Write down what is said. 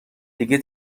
دیگه